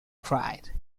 pride